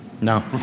No